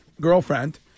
girlfriend